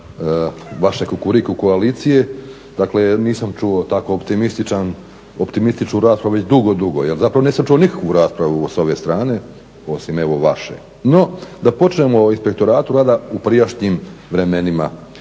vaše Kukuriku koalicija, dakle nisam čuo tako optimističnu raspravu već dugo, dugo. Zapravo nisam čuo nikakvu raspravu s ove strane osim evo vaše. No da počnemo o inspektoratu rada u prijašnjim vremenima.